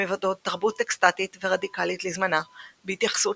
המבטאות תרבות אקסטטית ורדיקלית לזמנה – בהתייחסות